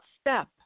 step